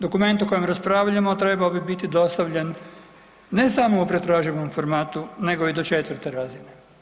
Dokument o kojem raspravljamo trebao bi biti dostavljen ne samo u pretraživom formatu nego i do četvrte razine.